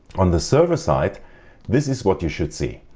on the server side this is what you should see.